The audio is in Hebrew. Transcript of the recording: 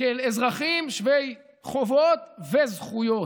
כאל אזרחים שווי חובות וזכויות.